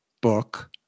book